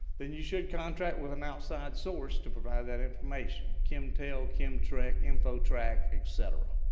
then you should contract with an outside source to provide that information. chemtrel, chemtrec, infotrac, etcetera,